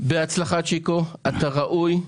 בהצלחה, צ'יקו, אתה ראוי,